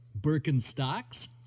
Birkenstocks